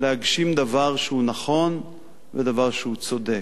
להגשים דבר שהוא נכון ודבר שהוא צודק.